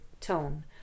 tone